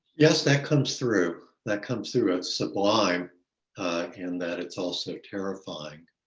yes, that comes through, that comes through at sublime and that it's also terrifying.